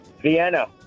Vienna